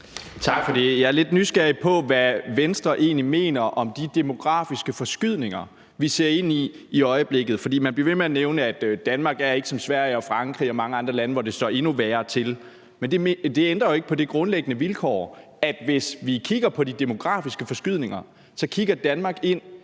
Tak for det. Jeg er lidt nysgerrig på, hvad Venstre egentlig mener om de demografiske forskydninger, vi i øjeblikket ser ind i. For man bliver ved med at nævne, at Danmark ikke er som Sverige og Frankrig og mange andre lande, hvor det står endnu værre til. Men det ændrer jo ikke på det grundlæggende vilkår, at vi i Danmark, hvis vi kigger på de demografiske forskydninger, så kigger ind